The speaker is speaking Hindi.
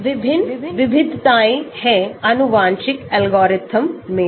विभिन्न विविधताएँ हैं आनुवंशिक एल्गोरिथ्म में भी